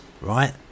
right